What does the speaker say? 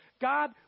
God